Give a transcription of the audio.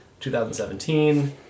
2017